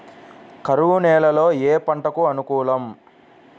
కరువు నేలలో ఏ పంటకు అనుకూలం?